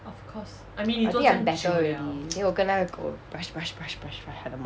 I think I'm better already then 我跟那个狗 brush brush brush 它的